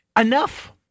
Enough